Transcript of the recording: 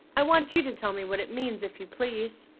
i want you to tell me what it means, if you please.